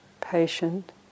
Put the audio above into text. patient